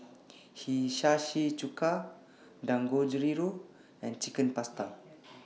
Hiyashi Chuka Dangojiru and Chicken Pasta